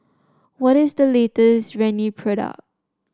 what is the latest Rene product